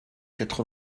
quatre